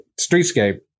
streetscape